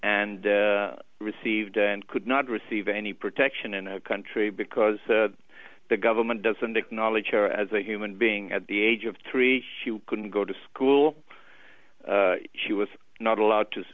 and received and could not receive any protection in a country because the government doesn't acknowledge her as a human being at the age of three she couldn't go to school she was not allowed to